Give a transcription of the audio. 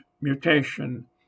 mutation